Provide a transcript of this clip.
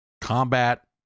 combat